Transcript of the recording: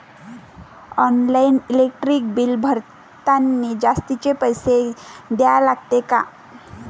Online electric bill भरतानी जास्तचे पैसे द्या लागते का?